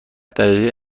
دقیقه